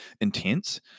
intense